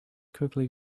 quickly